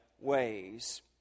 ways